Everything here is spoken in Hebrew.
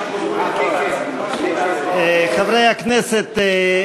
חברי הכנסת,